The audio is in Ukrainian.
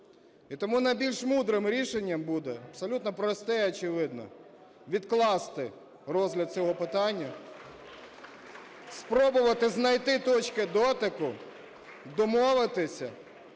І тому найбільш мудрим рішенням буде абсолютно просте і очевидне – відкласти розгляд цього питання, спробувати знайти точки дотику, домовитися